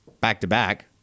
back-to-back